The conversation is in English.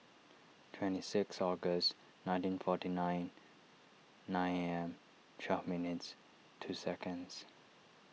twenty six August nineteen forty nine nine A M twelve minutes two seconds